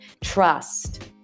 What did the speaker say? trust